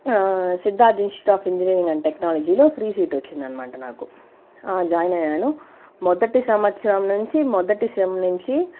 Siddhartha institute of టెక్నాలజీలో free seat వచ్చిందనమాట నాకు జాయిన్ అయ్యాను మొదటి సంవత్సరం నుంచి మొదటి సెమ్ నుంచి